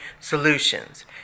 solutions